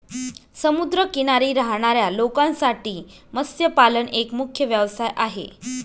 समुद्र किनारी राहणाऱ्या लोकांसाठी मत्स्यपालन एक मुख्य व्यवसाय आहे